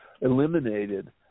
eliminated